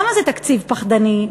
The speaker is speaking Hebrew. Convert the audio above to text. למה זה תקציב פחדני?